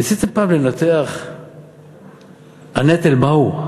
ניסיתם פעם לנתח הנטל מהו?